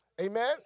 Amen